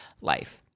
life